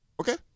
Okay